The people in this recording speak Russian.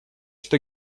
что